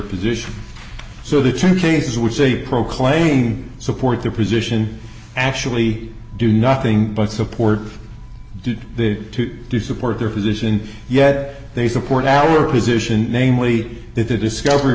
position so the two cases which say proclaiming support their position actually do nothing but support did they do support their position yet they support our position namely that the discovery